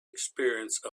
experience